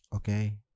Okay